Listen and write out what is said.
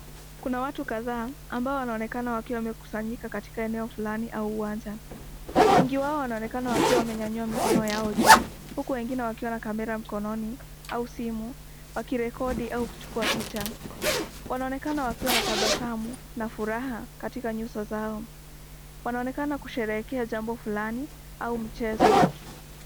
Kuna watu kadhaa, ambao wanaonekana wamekusanyika katika eneo fulani au uwanja, wengi wao wanaonekana wakiwa wamenyanyua mikono yao juu, huku wengine wakiwa na kamera mkononi, au simu, wakirekodi au kuchukua picha, wanaonekana wakiwa na tabasamu na furaha katika nyuso zao, wanaonekana kusherehekea jambo fulani, au mchezo.